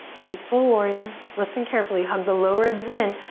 peaceful warrior. listen carefully, hug the low ribs in.